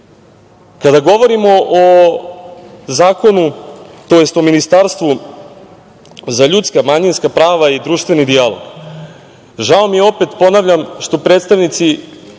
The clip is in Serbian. govorimo o zakonu, tj. o Ministarstvu za ljudska, manjinska prava i društveni dijalog žao mi je, opet ponavljam, što predstavnici